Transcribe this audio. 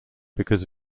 because